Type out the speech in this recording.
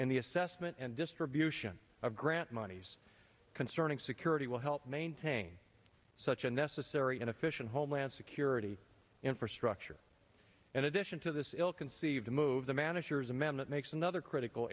in the assessment and distribution of grant monies concerning security will help maintain such a necessary and efficient homeland security infrastructure in addition to this ill conceived move the manager's amendment makes another critical